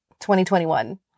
2021